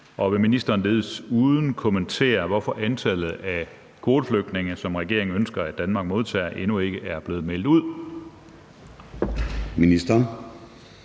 og vil ministeren desuden kommentere, hvorfor antallet af kvoteflygtninge, som regeringen ønsker at Danmark modtager, endnu ikke er blevet meldt ud?